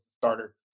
starter